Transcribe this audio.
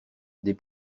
des